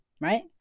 Right